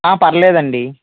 పర్లేదండి